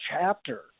chapter